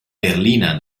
berlina